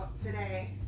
today